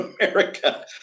America